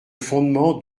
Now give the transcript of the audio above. fondement